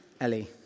ellie